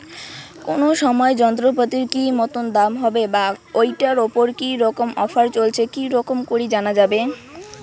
কোন সময় যন্ত্রপাতির কি মতন দাম হবে বা ঐটার উপর কি রকম অফার চলছে কি রকম করি জানা যাবে?